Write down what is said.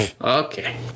okay